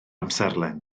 amserlen